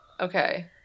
Okay